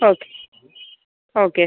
okay okay